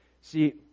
See